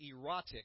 erotic